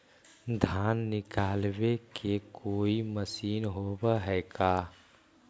धान निकालबे के कोई मशीन होब है का?